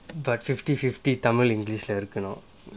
but fifty fifty tamil english